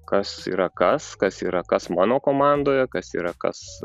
kas yra kas kas yra kas mano komandoje kas yra kas